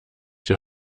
hier